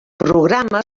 programa